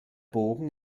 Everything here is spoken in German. bogen